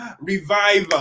revival